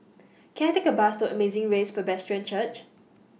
Can I Take A Bus to Amazing Grace Presbyterian Church